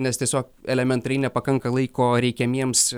nes tiesiog elementariai nepakanka laiko reikiamiems